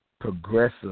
progressive